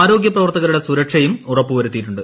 ആരോഗ്യ പ്രവർത്തകരുടെ സുരക്ഷയും ഉറപ്പുവരുത്തിയിട്ടുണ്ട്